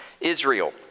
Israel